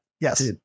yes